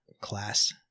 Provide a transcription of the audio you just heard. Class